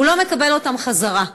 הוא לא מקבל אותם בחזרה.